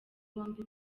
bombi